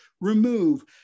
remove